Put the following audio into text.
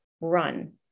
run